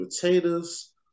potatoes